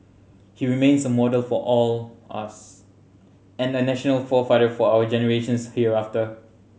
he remains a model for all us and a national forefather for our generations hereafter